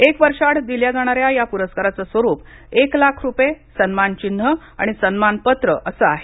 एक वर्षाआड दिल्या जाणा या या पुरस्काराचं स्वरूप एक लाख रूपये सन्मानचिन्ह आणि सन्मानपत्र असं आहे